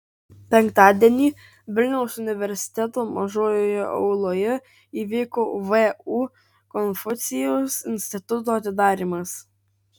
penktadienį vilniaus universiteto mažojoje auloje įvyko vu konfucijaus instituto atidarymas